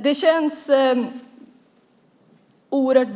Fru talman! Det känns